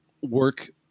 work